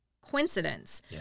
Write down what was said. coincidence